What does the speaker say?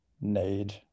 need